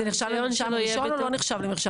זה נחשב למרשם ראשון או לא?